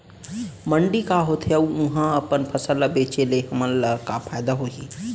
मंडी का होथे अऊ उहा अपन फसल ला बेचे ले हमन ला का फायदा होही?